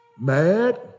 mad